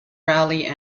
raleigh